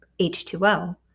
H2O